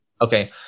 Okay